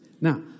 Now